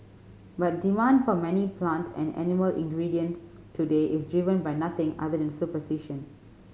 but demand for many plant and animal ingredients today is driven by nothing other than superstition